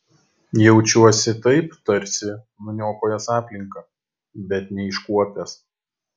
jaučiuosi taip tarsi nuniokojęs aplinką bet neiškuopęs